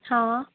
हाँ